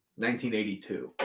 1982